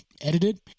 edited